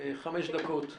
חמש דקות גג.